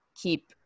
keep